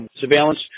surveillance